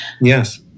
yes